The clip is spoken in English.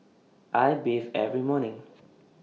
I bathe every morning